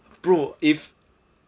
bro if